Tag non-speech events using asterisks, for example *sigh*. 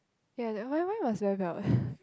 ya that why why why must wear belt *breath*